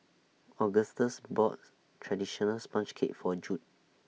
Augustus bought Traditional Sponge Cake For Judd